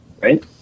right